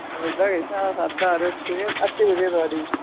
किश नेई हां खाद्धा यरो